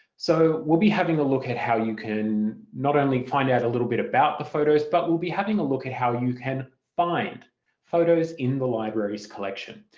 so we'll be having a look at how you can not only find out a little bit about the photos but we'll be having a look at how you can find photos in the library's collection.